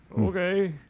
okay